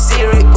Siri